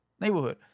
neighborhood